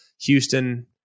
Houston